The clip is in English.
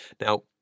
Now